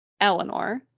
Eleanor